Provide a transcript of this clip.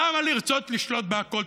למה לרצות לשלוט בכול?